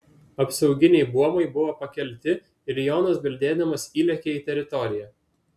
apsauginiai buomai buvo pakelti ir jonas bildėdamas įlėkė į teritoriją